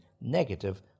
negative